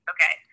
Okay